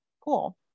cool